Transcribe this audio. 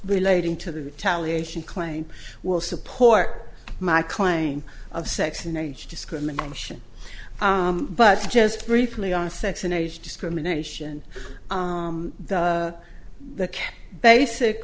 relating to the retaliation claim will support my claim of sex and age discrimination but just briefly on sex and age discrimination the basic